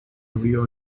abrió